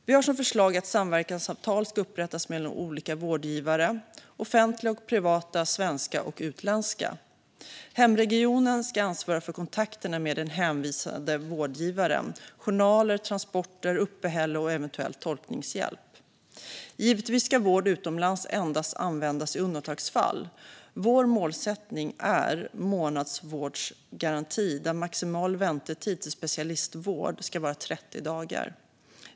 Vi har som förslag att samverkansavtal ska upprättas mellan olika vårdgivare - offentliga och privata, svenska och utländska. Hemregionen ska ansvara för kontakterna med den hänvisade vårdgivaren samt för journaler, transporter, uppehälle och eventuell tolkningshjälp. Givetvis ska vård utomlands endast användas i undantagsfall. Vår målsättning är en månadsvårdgaranti där maximal väntetid till specialistvård ska vara 30 dagar.